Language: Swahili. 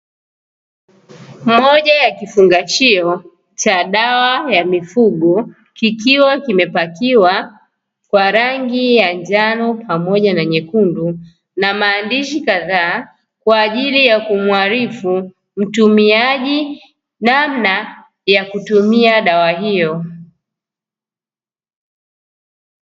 Moja ya kifungashio cha dawa ya mifugo, kikiwa kimepakiwa kwa rangi ya njano pamoja na nyekundu na maandishi kadhaa, kwa ajili ya kumuarifu mtumiaji namna ya kutumia dawa hiyo.